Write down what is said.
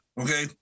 okay